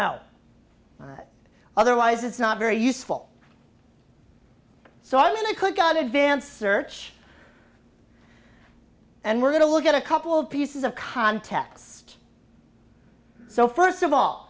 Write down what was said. that otherwise it's not very useful so i could got advanced search and we're going to look at a couple of pieces of context so first of all